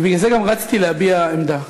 ובגלל זה גם רצתי להביע עמדה,